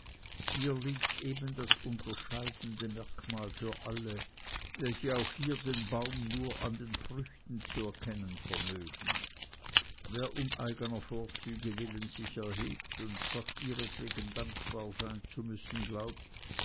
hier liegt eben das unterscheidende merkmal für alle welche auch hier den baum nur an den früchten zu er kennen vermögen wer um eigener vorzüge willen sich erhebt und gott ihretwegen dankbar sein zu müssen glaubt